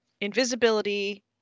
invisibility